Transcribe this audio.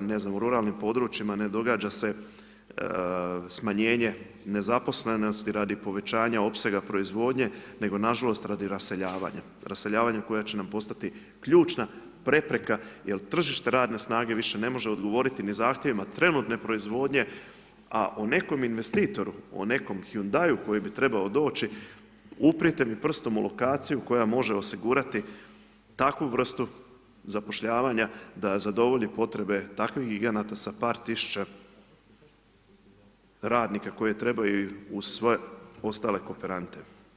ne znam, u ruralnim područjima ne događa se smanjenje nezaposlenosti radi povećanja opsega proizvodnje nego nažalost rado raseljavanja, raseljavanja koje će nam postati ključna prepreka jer tržište radne snage više ne može odgovoriti ni zahtjevima trenutne proizvodnje a o nekom investitoru, o nekom Hyundaiu koji bi trebao doći, uprite mi prstom u lokaciju koja može osigurati takvu vrstu zapošljavanja da zadovolji potrebe takvih giganata sa par tisuća radnika koji trebaju uz sve ostale kooperante.